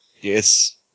Yes